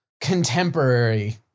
contemporary